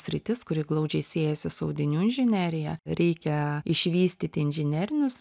sritis kuri glaudžiai siejasi su audinių inžinerija reikia išvystyti inžinerinius